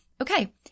okay